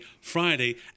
Friday